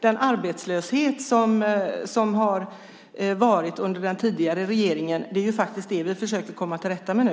Den arbetslöshet som varit under den tidigare regeringen är faktiskt det vi försöker att komma till rätta med nu.